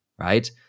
right